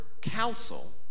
counsel